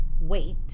wait